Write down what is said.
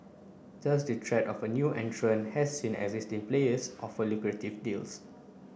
just the threat of a new entrant has seen existing players offer lucrative deals